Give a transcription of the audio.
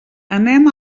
anem